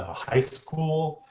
ah high school.